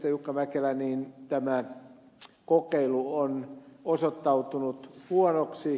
jukka mäkelä tämä kokeilu on osoittautunut huonoksi